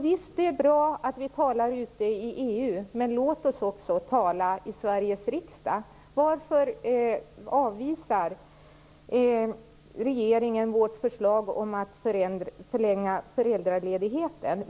Visst är det bra att vi talar ute i EU, men låt oss också tala i Sveriges riksdag. Varför avvisar regeringen vårt förslag om att förlänga föräldraledigheten?